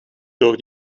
door